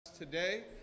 Today